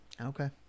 Okay